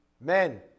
men